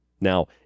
Now